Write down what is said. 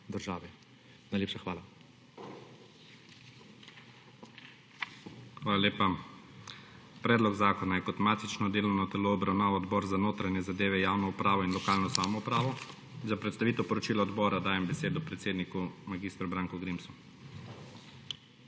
IGOR ZORČIČ: Hvala lepa. Predlog zakona je kot matično delovno telo obravnaval Odbor za notranje zadeve, javno upravo in lokalno samoupravo. Za predstavitev poročila odbora dajem besedo predsedniku, mag. Branku Grimsu.